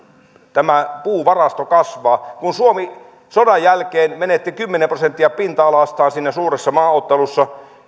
tämä puuvarasto kasvaa kun suomi sodan jälkeen menetti kymmenen prosenttia pinta alastaan siinä suuressa maaottelussa